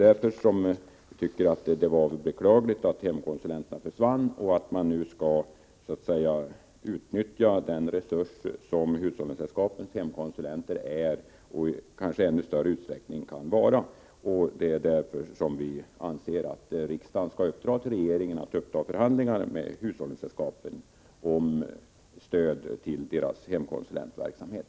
Därför tycker vi att det är beklagligt att hemkonsulenterna försvann, och vi tycker att man skall utnyttja den resurs som hushållningssällskapens hemkonsulenter är och kanske i ännu större utsträckning kan vara. Det är därför vi anser att riksdagen skall uppdra åt regeringen att uppta förhandlingar med hushållningssällskapen om stöd till deras hemkonsulentverksamhet.